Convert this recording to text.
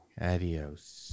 Adios